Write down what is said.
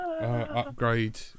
upgrade